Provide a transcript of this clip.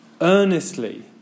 earnestly